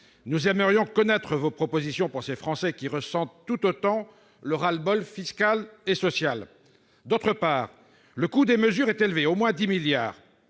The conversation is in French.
Nous aimerions connaître vos propositions pour ces Français, qui ressentent tout autant le ras-le-bol fiscal et social. Par ailleurs, le coût des mesures annoncées est élevé, au moins 10 milliards